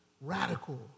Radical